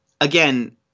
again